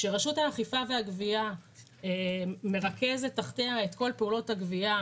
כשרשות האכיפה והגבייה מרכזת תחתיה את כל פעולות הגבייה,